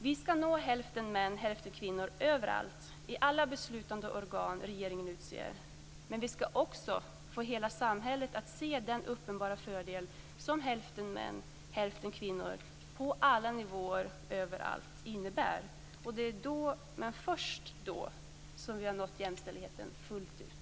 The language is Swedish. Vi skall nå hälften män hälften kvinnor överallt i alla beslutande organ regeringen utser. Men vi skall också få hela samhället att se den uppenbara fördel som hälften män hälften kvinnor på alla nivåer överallt innebär. Det är då, men först då, som vi har nått jämställdheten fullt ut.